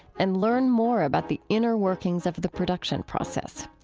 and learn more about the inner workings of the production process.